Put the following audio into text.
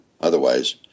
otherwise